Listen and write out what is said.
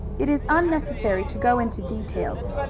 it is unnecessary to go into details.